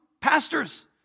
pastors